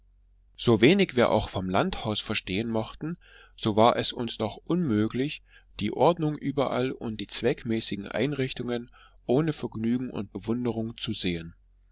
so wenig wir auch vom landhaus verstehen mochten so war es uns doch unmöglich die ordnung überall und die zweckmäßigen einrichtungen ohne vergnügen und bewunderung zu sehen